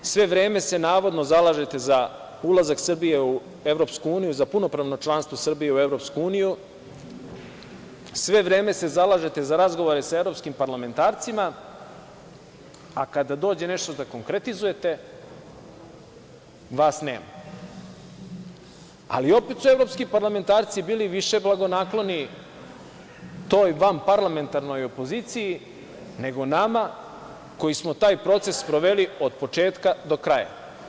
Sve vreme se, navodno, zalažete za ulazak Srbije u EU, za punopravno članstvo Srbije u EU, sve vreme se zalažete za razgovore sa evropskim parlamentarcima, a kada dođe nešto da konkretizujete, vas nema, ali opet su evropski parlamentarci bili više blagonakloni toj vanparlamentarnoj opoziciji, nego nama, koji smo taj proces sproveli od početka do kraja.